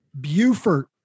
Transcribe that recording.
Buford